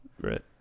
Right